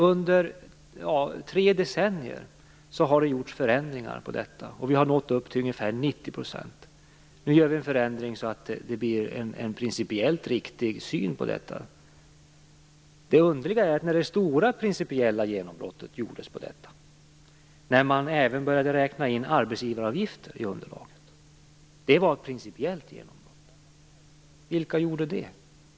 Under tre decennier har förändringar i detta gjorts, och vi har nått upp till ungefär 90 %. Nu gör vi en förändring så att det blir en principiellt riktig syn på detta. Det underliga är att det stora principiella genombrottet i detta sammanhang gjordes när man även började räkna in arbetsgivaravgifter i underlaget. Det var ett principiellt genombrott. Vilka gjorde det?